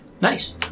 Nice